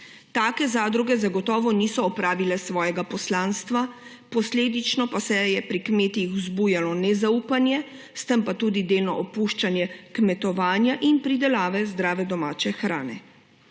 Take zadruge zagotovo niso opravile svojega poslanstva, posledično pa se je pri kmetih vzbujalo nezaupanje, s tem pa tudi delno opuščanje kmetovanja in pridelave zdrave domače hrane.